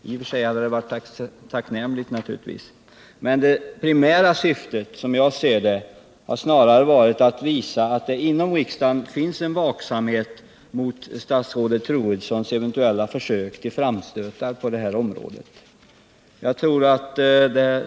I och för sig hade det naturligtvis varit tacknämligt om vi lyckats med det, men det primära syftet har, som jag ser det, snarare varit att visa att det inom riksdagen finns en vaksamhet mot statsrådet Troedssons eventuella försök till framstötar på det här området.